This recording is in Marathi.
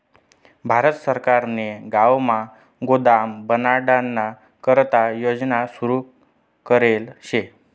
भारत सरकारने गावमा गोदाम बनाडाना करता योजना सुरू करेल शे